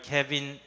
Kevin